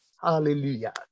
Hallelujah